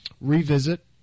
revisit